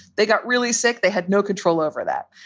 they got really sick. they had no control over that.